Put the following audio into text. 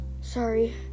sorry